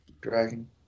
Dragon